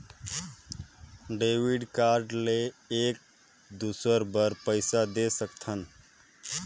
Debit card ले एक दुसर बार पइसा दे सकथन?